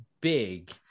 big